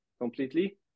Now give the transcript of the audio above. completely